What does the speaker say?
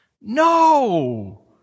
no